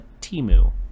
Timu